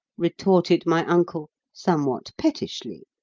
retorted my uncle somewhat pettishly.